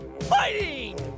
fighting